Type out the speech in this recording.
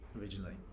originally